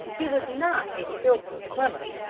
he was not a skilful swimmer.